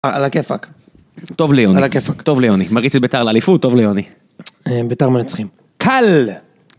על הכיפק, טוב ליוני, על הכיפק, טוב ליוני, מריץ את ביתר לאליפות, טוב ליוני, ביתר מנצחים, קל!